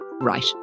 Right